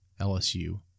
LSU